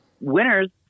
winners